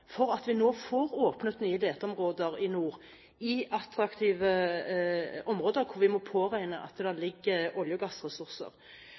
for at vi nå får åpnet nye leteområder i nord, i attraktive områder der vi må påregne at det ligger olje- og gassressurser.